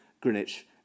Greenwich